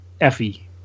Effie